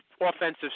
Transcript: offensive